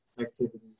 activities